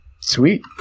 Sweet